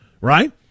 right